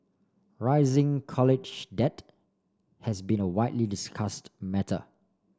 rising college debt has been a widely discussed matter